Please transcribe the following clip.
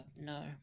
No